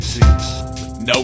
No